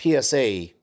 PSA